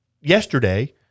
yesterday